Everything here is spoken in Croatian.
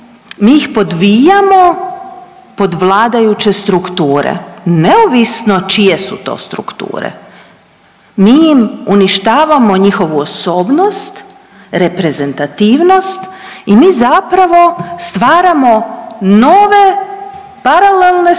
Mi ih podvijamo pod vladajuće strukture neovisno čije su to strukture mi im uništavamo njihovu osobnost, reprezentativnost i mi zapravo stvaramo nove paralelne strukture